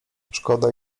szkoda